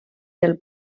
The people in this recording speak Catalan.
del